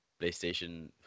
PlayStation